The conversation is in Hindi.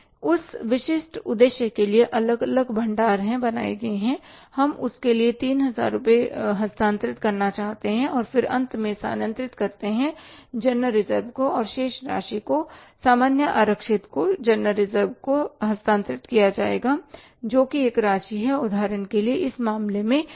उस विशिष्ट उद्देश्य के लिए अलग अलग भंडार हैं बनाए गए हैं हम उसके लिए 3000 रुपये हस्तांतरित करना चाहते हैं और फिर अंत में स्थानांतरित करती हैं जनरल रिजर्व को और शेष राशि को सामान्य आरक्षित को हस्तांतरित किया जाएगा जो कि राशि है उदाहरण के लिए इस मामले में 5000 रुपये